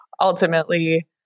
ultimately